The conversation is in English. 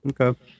Okay